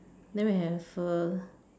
then we have a